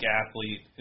athlete